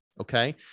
Okay